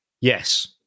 Yes